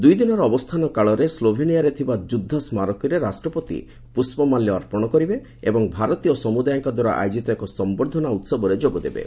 ଦୁଇଦିନର ଅବସ୍ଥାନ କାଳରେ ସ୍କୋଭେନିଆରେ ଥିବା ଯୁଦ୍ଧ ସ୍ମାରକୀରେ ରାଷ୍ଟ୍ରପତି ପୁଷ୍ପମାଲ୍ୟ ଅର୍ପଣ କରିବେ ଏବଂ ଭାରତୀୟ ସମୁଦାୟଙ୍କ ଦ୍ୱାରା ଆୟୋଜିତ ଏକ ସମ୍ଭର୍ଦ୍ଧନା ଉହବରେ ଯୋଗଦେବେ